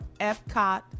Epcot